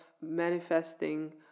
manifesting